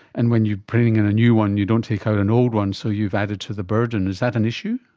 and when you're putting in a new one you don't take out an old one, so you've added to the burden. is that an issue?